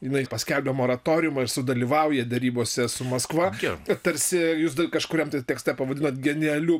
jinai paskelbia moratoriumą ir sudalyvauja derybose su maskva tarsi jūs kažkuriam tai tekste pavadinot genialiu